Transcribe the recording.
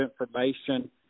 information